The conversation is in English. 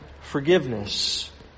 forgiveness